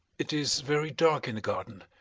it is very dark in the garden.